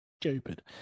Stupid